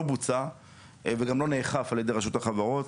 בוצע וגם לא נאכף על ידי רשות החברות.